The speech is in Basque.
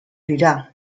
dira